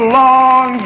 long